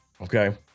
okay